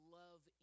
love